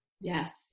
Yes